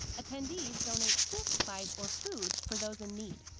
attendees donate school supplies or food for those in need.